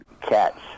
cats